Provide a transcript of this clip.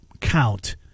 count